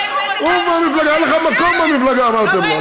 עוף מהמפלגה, אין לך מקום במפלגה, אמרתם לו.